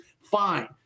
fine